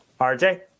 RJ